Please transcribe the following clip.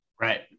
Right